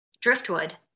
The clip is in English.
driftwood